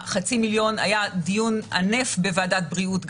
היה דיון ענף בוועדת הבריאות,